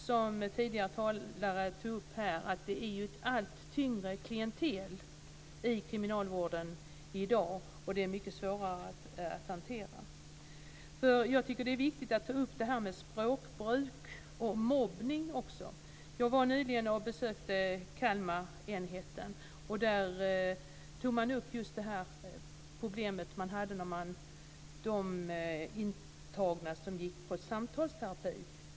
Som tidigare talare tog upp är det ju ett allt tyngre klientel i kriminalvården i dag, och det är mycket svårare att hantera. Jag tycker att det är viktigt att ta upp språkbruk och mobbning också. Jag besökte nyligen Kalmarenheten. Där tog man upp just det problem som man hade med de intagna som gick i samtalsterapi.